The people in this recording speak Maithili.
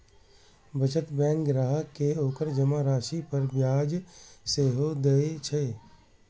बचत बैंक ग्राहक कें ओकर जमा राशि पर ब्याज सेहो दए छै